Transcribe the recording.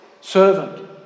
servant